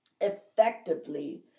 effectively